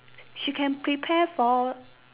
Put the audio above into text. she can prepare for